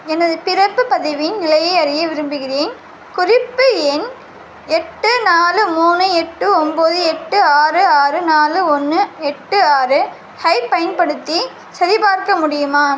எனது பிறப்பு பதிவின் நிலையை அறிய விரும்புகிறேன் குறிப்பு எண் எட்டு நாலு மூணு எட்டு ஒம்பது எட்டு ஆறு ஆறு நாலு ஒன்று எட்டு ஆறு ஐப் பயன்படுத்தி சரிபார்க்க முடியுமா